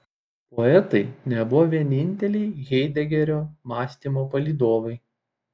poetai nebuvo vieninteliai haidegerio mąstymo palydovai